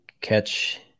catch